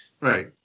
right